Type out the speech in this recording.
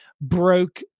broke